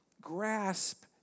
grasp